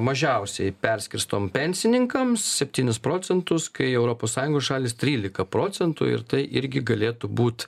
mažiausiai perskirstom pensininkams septynis procentus kai europos sąjungos šalys trylika procentų ir tai irgi galėtų būt